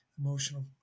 Emotional